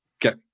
get